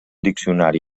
diccionari